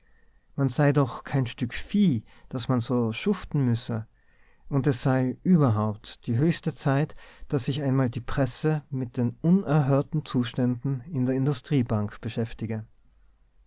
man sei doch kein stück vieh daß man so schuften müsse und es sei überhaupt die höchste zeit daß sich einmal die presse mit den unerhörten zuständen in der industriebank beschäftige